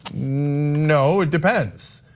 no, it depends,